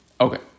Okay